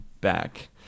back